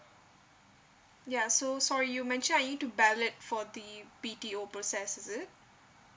ya so sorry you mention I need to ballot for the B_T_O process is it